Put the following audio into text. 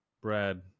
Brad